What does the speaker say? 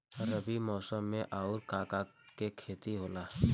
रबी मौसम में आऊर का का के खेती होला?